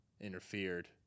interfered